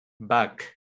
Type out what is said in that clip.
back